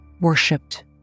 worshipped